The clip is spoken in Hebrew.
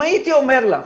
אם הייתי אומר לך,